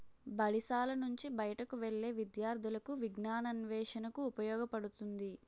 బడిశాల నుంచి బయటకు వెళ్లే విద్యార్థులకు విజ్ఞానాన్వేషణకు ఉపయోగపడుతుంది